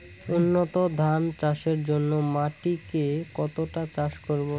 উন্নত ধান চাষের জন্য মাটিকে কতটা চাষ করব?